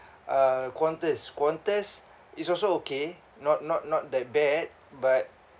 uh Qantas Qantas is also okay not not not that bad but